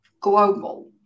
global